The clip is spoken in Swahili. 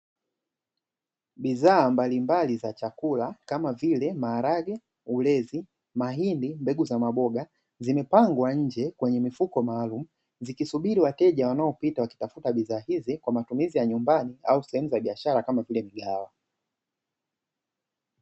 Bidhaa mbalimbali za chakula kama vile: maharage, ulezi, mahindi, mbegu za maboga; zimepangwa nje kwenye mifuko maalumu, zikisubiri wateja wanaopita wakitafuta bidhaa hizi kwa matumizi ya nyumbani au sehemu za biashara kama vile migahawa.